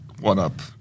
one-up